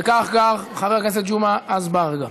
וכך גם חבר הכנסת ג'מעה אזברגה.